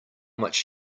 much